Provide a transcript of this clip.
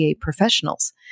professionals